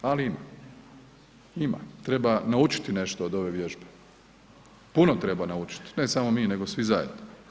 Ali ima, treba naučiti nešto od ove vježbe, puno treba naučiti, ne samo mi nego svi zajedno.